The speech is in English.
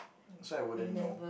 so I wouldn't know